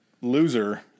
loser